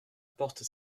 porte